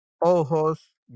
ojos